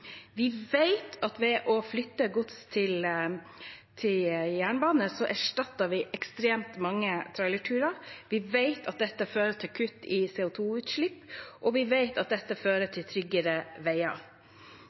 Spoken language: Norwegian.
Vi vet at ved å flytte gods til jernbane erstatter vi ekstremt mange trailerturer, vi vet at det fører til kutt i CO 2 -utslipp, og vi vet at det fører